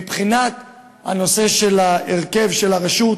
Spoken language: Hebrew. מבחינת הנושא של הרכב הרשות,